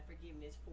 forgiveness